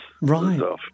Right